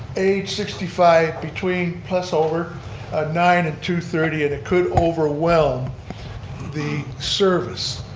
age sixty five, between, plus, over nine and two thirty and it could overwhelm the service.